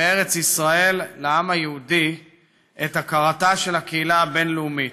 בארץ ישראל לעם היהודי את הכרתה של הקהילה הבין-לאומית.